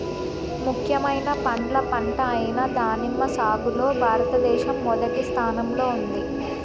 ముఖ్యమైన పండ్ల పంట అయిన దానిమ్మ సాగులో భారతదేశం మొదటి స్థానంలో ఉంది